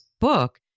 book